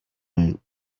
with